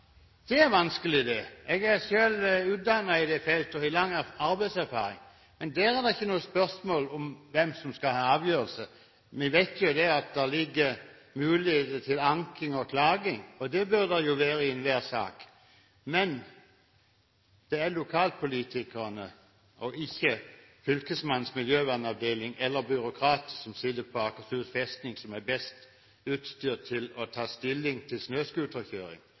Det er vanskelig, det! Jeg er selv utdannet på det feltet, og har lang arbeidserfaring, men der er det ikke noe spørsmål om hvem som skal ha avgjørelsen. Vi vet jo at det er mulig å anke og klage, og det bør det være i enhver sak, men det er lokalpolitikerne og ikke Fylkesmannens miljøvernavdeling eller byråkrater som sitter på Akershus festning, som er best utstyrt til å ta stilling til snøscooterkjøring